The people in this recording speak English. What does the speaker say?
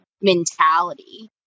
mentality